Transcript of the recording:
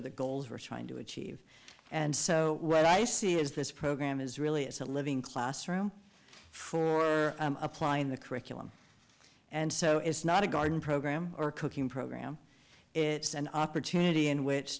are the goals we're trying to achieve and so what i see is this program is really it's a living classroom for applying the curriculum and so it's not a god program or cooking program it's an opportunity in which